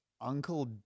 uncle